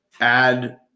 add